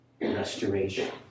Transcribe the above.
restoration